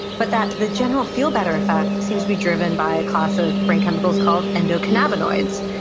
but that the general feel-better effect seems to be driven by a class of brain chemicals called endocannabinoids,